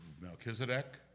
Melchizedek